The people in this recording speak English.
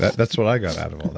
that's what i got